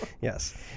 Yes